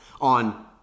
on